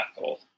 goal